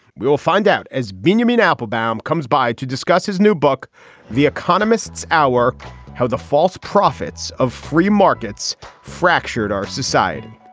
we will find out. as binyamin appelbaum comes by to discuss his new book the economists our how the false prophets of free markets fractured our society.